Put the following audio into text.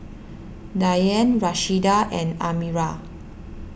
Diann Rashida and Admiral